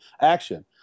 action